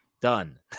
done